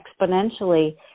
exponentially